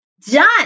done